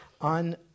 on